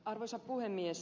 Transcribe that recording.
arvoisa puhemies